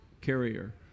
Carrier